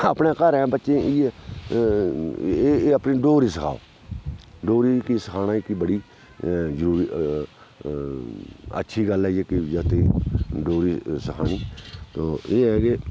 अपने घरैं बच्चें गी इयै एह् अपनी डोगरी सखाओ डोगरी जेह्की सखाना इक बड़ी जरूरी अच्छी गल्ल ऐ जेह्की जागतें डोगरी सखानी तो एह ऐ कि